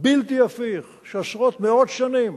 בלתי הפיך של עשרות, מאות שנים